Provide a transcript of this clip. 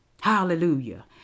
Hallelujah